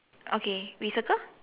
okay we circle